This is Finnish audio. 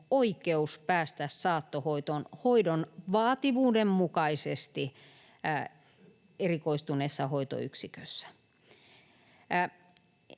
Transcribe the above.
oikeus päästä saattohoitoon hoidon vaativuuden mukaisesti erikoistuneessa hoitoyksikössä.